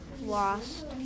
lost